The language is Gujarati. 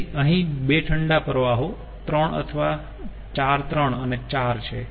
તેથી અહીં બે ઠંડા પ્રવાહો 3 અથવા 4 3 અને 4 છે